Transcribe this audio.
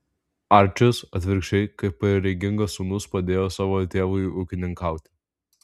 arčis atvirkščiai kaip pareigingas sūnus padėjo savo tėvui ūkininkauti